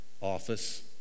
office